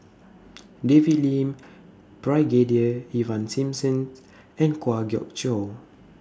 David Lim Brigadier Ivan Simson and Kwa Geok Choo